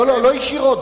לא ישירות.